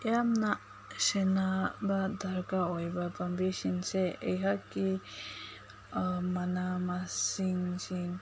ꯌꯥꯝꯅ ꯁꯦꯟꯅꯕ ꯗꯔꯀꯥꯔ ꯑꯣꯏꯕ ꯄꯥꯝꯕꯤꯁꯤꯡꯁꯦ ꯑꯩꯍꯥꯛꯀꯤ ꯃꯅꯥ ꯃꯁꯤꯡꯁꯤꯡ